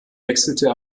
wechselte